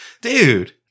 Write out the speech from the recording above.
Dude